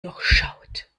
durchschaut